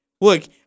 Look